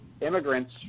immigrants